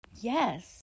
Yes